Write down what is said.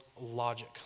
logic